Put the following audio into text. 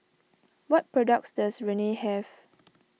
what products does Rene have